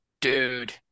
Dude